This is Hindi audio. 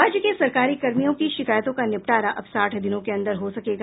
राज्य के सरकारी कर्मियों की शिकायतों का निपटारा अब साठ दिनों के अंदर हो सकेगा